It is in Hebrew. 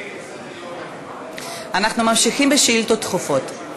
אנחנו ממשיכים בשאילתות דחופות.